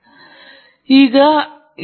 ಆದ್ದರಿಂದ ನಾವು ಅದನ್ನು ನೋಡೋಣ